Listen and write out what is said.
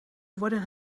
worden